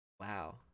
Wow